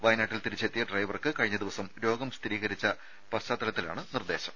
വയനാട്ടിൽ തിരിച്ചെത്തിയ ഡ്രൈവർക്ക് കഴിഞ്ഞ ദിവസം രോഗം സ്ഥിരീകരിച്ച പശ്ചാത്തലത്തിലാണ് നിർദേശം